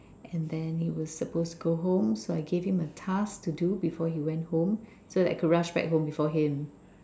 and then he was supposed to go home so I gave home a task to do before he went home so that I could rush back home before him